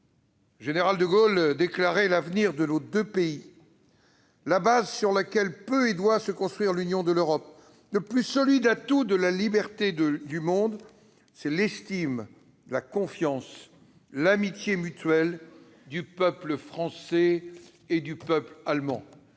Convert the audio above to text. Le général de Gaulle déclarait :« L'avenir de nos deux pays, la base sur laquelle peut et doit se construire l'union de l'Europe, le plus solide atout de la liberté du monde, c'est l'estime, la confiance, l'amitié mutuelles du peuple français et du peuple allemand.